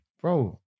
Bro